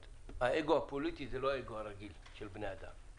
האגו הפוליטי הוא לא האגו הרגיל של בני אדם.